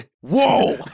Whoa